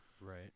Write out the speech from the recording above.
Right